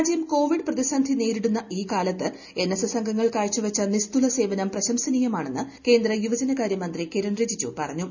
രാജ്യം കോവിഡ് പ്രതിസന്ധി നേരിടുന്ന ഈ കാലത്ത് എൻഎസ്എസ് അംഗങ്ങൾ കാഴ്ചവെച്ച നിസ്തുല സേവനം പ്രശംസാർഹമാണെന്ന് കേന്ദ്ര യുവജനകാരൃ മന്ത്രി കിരൺ റിജിജു പറഞ്ഞു